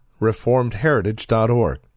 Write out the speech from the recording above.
reformedheritage.org